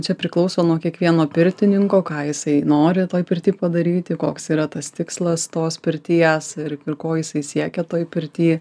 čia priklauso nuo kiekvieno pirtininko ką jisai nori toj pirty padaryti koks yra tas tikslas tos pirties ir ir ko jisai siekia toj pirty